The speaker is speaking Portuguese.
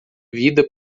vida